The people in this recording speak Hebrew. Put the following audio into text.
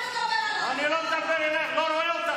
לא נותנת לך הערה.